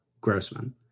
Grossman